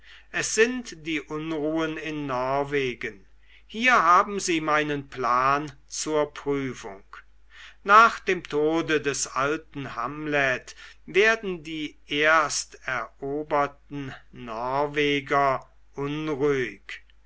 es sind die unruhen in norwegen hier haben sie meinen plan zur prüfung nach dem tode des alten hamlet werden die ersteroberten norweger unruhig